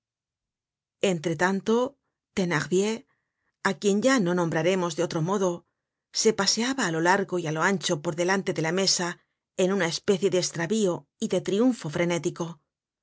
entre tanto thenardier á quien ya no nombraremos de otro modo se paseaba á lo largo y á lo ancho por delante de la mesa en una especie de estravío y de triunfo frenético